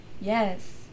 yes